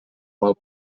mal